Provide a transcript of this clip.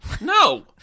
No